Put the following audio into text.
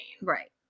Right